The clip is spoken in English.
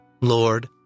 Lord